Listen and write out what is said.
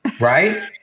Right